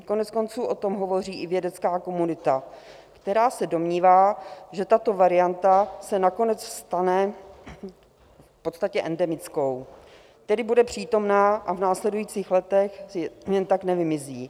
Koneckonců o tom hovoří i vědecká komunita, která se domnívá, že tato varianta se nakonec stane v podstatě endemickou, tedy bude přítomná a v následujících letech jen tak nevymizí.